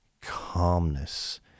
calmness